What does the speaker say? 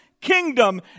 Kingdom